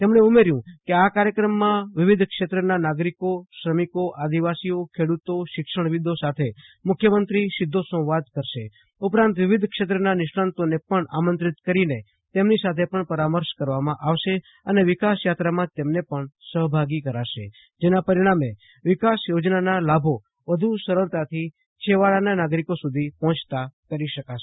તેમજો ઉમેર્યુ કે આ કાર્યક્રમમાં વિવિધ ક્ષેત્રના નાગરિકો શ્રમિકો આદિવાસીઓ ખેડૂતો શિક્ષણવિદો સાથે મુખ્યમંત્રીશ્રી સીધો સંવાદ કરશે ઉપરાંત વિવિધ ક્ષેત્રના નિષ્ણાંતોને પણ આમંત્રિત કરીને તેમની સાથે પણ પરામર્શ કરવામાં આવશે અને વિકાસ યાત્રામાં તેમને પશ્ન સહભાગી કરાશે જેના પરિશ્નામે વિકાસ યોજનાના લાભો વધુ સરળતાથી છેવાડાના નાગરિકો સુધી પહોંચતા કરી શકાશે